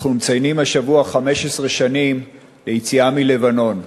אנחנו מציינים השבוע 15 שנים ליציאה מלבנון.